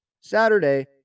Saturday